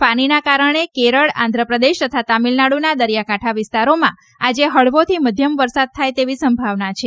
ફાનીના કારણે કેરળ આંધ્રપ્રદેશ તથા તમિલનાડુના દરિયાકાંઠા વિસ્તારોમાં આજે હળવોથી મધ્યમ વરસાદ થાય તેવી સંભાવના છે